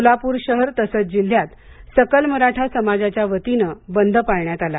सोलापूर शहर तसंच जिल्ह्यात सकल मराठा समाजाच्या वतीने बंद पाळण्यात आला